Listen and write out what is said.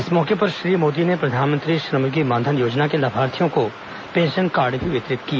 इस मौके पर श्री मोदी ने प्रधानमंत्री श्रमयोगी मानधन योजना के लाभार्थियों को पेंशन कार्ड भी वितरित किए